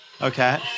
Okay